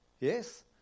yes